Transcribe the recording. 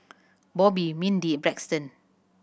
Bobbi Mindi Braxton